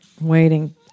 waiting